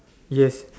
yes